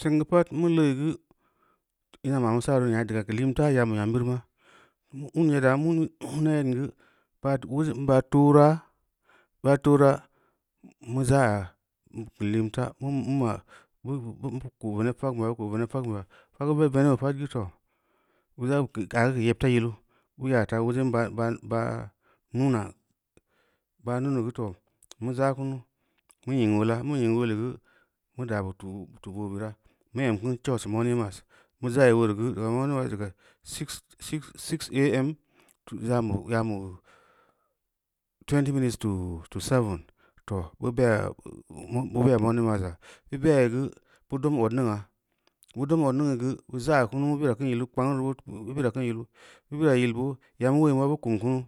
Seng geu pad mu leuyi geu ma ma’mu sa’reu nya diga geu limta yaan beu nyam biruma, muun nyedda geu ba’ foora, ba’ toora mu za’yaa geu limta mu ma bu ko veneb fak “beya, bu ko veneb faknbeya, fakbu ba venebu pad geu too, yabu keu kan geu yeb ta yilu bu yaata ulajen ba ɓa ɓa munu, ba munu geu too mu za’ kunu mu nying meula, mu nying weuleu geu mu daa bu tu’ boo bira mu em kin chuch morning mass mu ja’i uleureu geu zong morning mass ko bam keu yaanbu tuenig minute to seven, too bu beya mu beya morning mass da, bu beyai geu bu dom oduningna, bu dam odining neu geu bu za’a kunu bu bira kun yilu, bu bilayi yilboo yamu uleui ma bu kum kunu